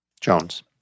Jones